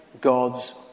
God's